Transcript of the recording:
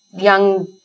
young